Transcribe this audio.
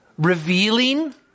Revealing